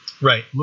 Right